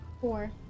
Four